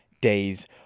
Days